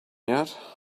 yet